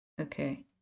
Okay